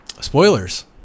Spoilers